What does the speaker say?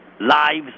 lives